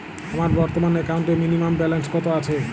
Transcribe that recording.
আমার বর্তমান একাউন্টে মিনিমাম ব্যালেন্স কত আছে?